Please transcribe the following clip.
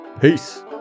Peace